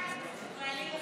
ואז הם